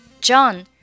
John